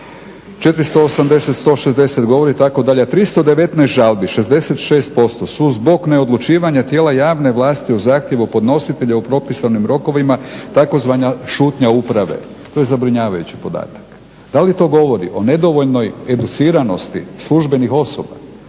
480, 160 govori itd. a 319 žalbi 66% su zbog neodlučivanja tijela javne vlasti o zahtjevu podnositelja u propisanim rokovima tzv. šutnja uprave. To je zabrinjavajući podatak. Da li to govori o nedovoljnoj educiranosti službenih osoba?